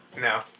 no